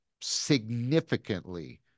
significantly